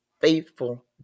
faithful